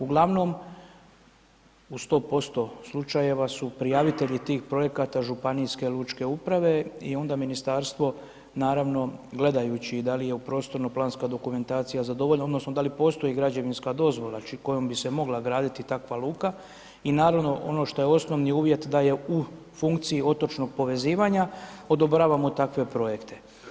Uglavnom, u 100% slučajeva su prijavitelji tih projekata županijske lučke uprave i onda ministarstvo, naravno, gledajući da li je u prostorno planska dokumentacija za dovoljno odnosno da li postoji građevinska dozvola kojom bi se mogla graditi takva luka i naravno ono što je osnovni uvjet da je u funkciji otočnog povezivanja, odobravamo takve projekte.